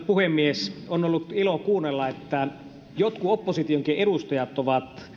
puhemies on ollut ilo kuunnella että jotkut oppositionkin edustajat ovat